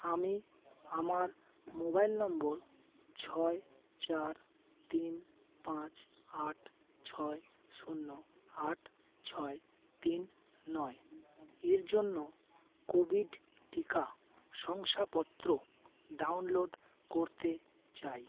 আমি আমার মোবাইল নম্বর ছয় চার তিন পাঁচ আট ছয় শূন্য আট ছয় তিন নয় এর জন্য কোভিড টিকা শংসাপত্র ডাউনলোড করতে চাই